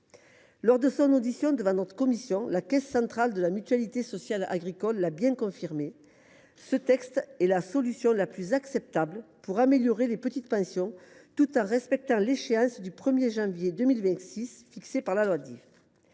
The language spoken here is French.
Lors de leur audition devant notre commission, les représentants de la Caisse centrale de la Mutualité sociale agricole (CCMSA) l’ont bien confirmé : ce texte est la solution la plus acceptable pour améliorer les petites pensions, tout en respectant l’échéance du 1 janvier 2026 fixée par la loi Dive.